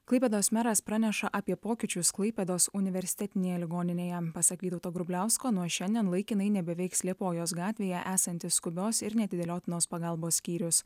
klaipėdos meras praneša apie pokyčius klaipėdos universitetinėje ligoninėje pasak vytauto grubliausko nuo šiandien laikinai nebeveiks liepojos gatvėje esanti skubios ir neatidėliotinos pagalbos skyrius